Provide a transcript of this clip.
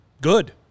good